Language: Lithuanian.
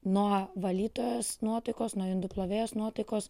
nuo valytojos nuotaikos nuo indų plovėjos nuotaikos